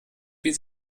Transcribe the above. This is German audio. wie